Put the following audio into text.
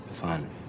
fun